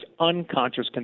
unconscious